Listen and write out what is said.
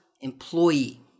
employee